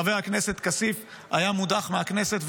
חבר הכנסת כסיף היה מודח מהכנסת,